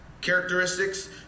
Characteristics